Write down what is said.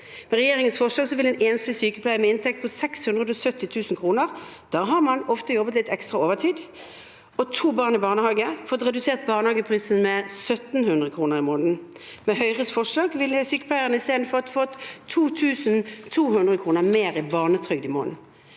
Med regjeringens forslag vil en enslig sykepleier med en inntekt på 670 000 kr – og da har man ofte jobbet litt ekstra overtid – og to barn i barnehage få redusert barnehageprisen med 1 700 kr i måneden. Med Høyres forslag ville sykepleieren istedenfor fått 2 200 kr mer i barnetrygd i måneden.